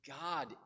God